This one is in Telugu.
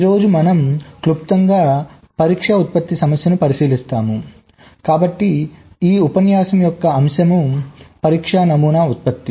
ఈ రోజు మనం క్లుప్తంగా పరీక్ష ఉత్పత్తి సమస్యను పరిశీలిస్తాము కాబట్టి ఈ ఉపన్యాసం యొక్క అంశం పరీక్ష నమూనా ఉత్పత్తి